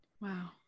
Wow